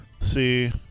See